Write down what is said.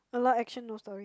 a lot action no story